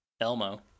Elmo